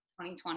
2020